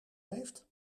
heeft